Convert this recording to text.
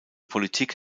politik